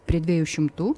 prie dviejų šimtų